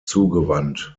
zugewandt